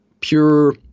pure